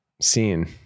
scene